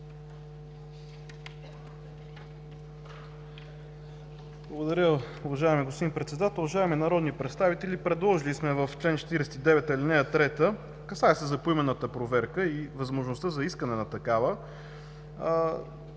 Благодаря. Уважаеми господин Председател, уважаеми народни представители! Предложили сме в чл. 49, ал. 3 – касае се за поименната проверка и възможността за искане на такава,